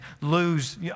lose